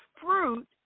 fruit